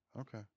Okay